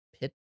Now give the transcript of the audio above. pit